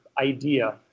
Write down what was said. idea